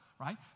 right